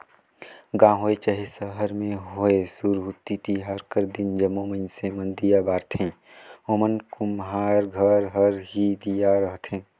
गाँव होए चहे सहर में होए सुरहुती तिहार कर दिन जम्मो मइनसे मन दीया बारथें ओमन कुम्हार घर कर ही दीया रहथें